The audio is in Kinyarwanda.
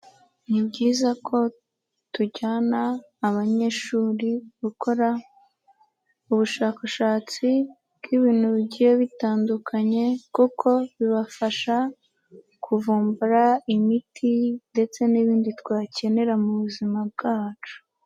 Ni byiza ko tujyana abanyeshuri gukora ubushakashatsi bw'ibintu bigiye bitandukanye kuko bibafasha kuvumbura imiti ndetse n'ibindi twakenera mu buzima bwacu.